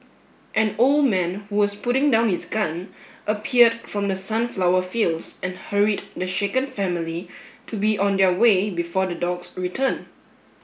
an old man who was putting down his gun appeared from the sunflower fields and hurried the shaken family to be on their way before the dogs return